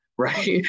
right